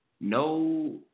No